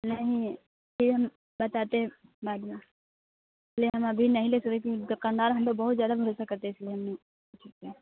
नहीं अभी हम बताते हैं बाद में ले हम अभी नहीं ले सकते क्योंकि दुकानदार हम पर बहुत ज़्यादा भरोसा करते है इसलिए हम नहीं ले सकते हैं